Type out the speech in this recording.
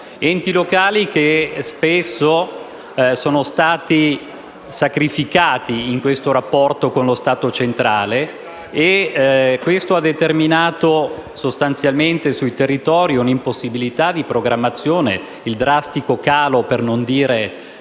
Enti locali che spesso sono stati sacrificati in questo rapporto con lo Stato centrale e ciò ha determinato sostanzialmente sui territori l'impossibilità di programmazione e il drastico calo, per non dire